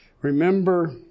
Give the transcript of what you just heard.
Remember